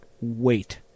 wait